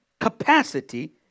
Capacity